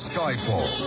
Skyfall